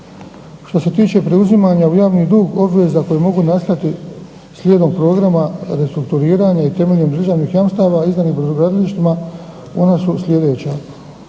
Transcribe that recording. Što se tiče preuzimanja u javni dug obveza koje mogu nastati slijedom programa restrukturiranja i temeljnih državnih jamstava izdanih brodogradilištima, ona su sljedeća.